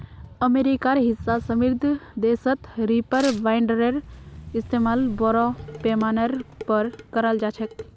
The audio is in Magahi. अमेरिकार हिस्सा समृद्ध देशत रीपर बाइंडरेर इस्तमाल बोरो पैमानार पर कराल जा छेक